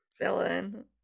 villain